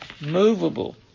movable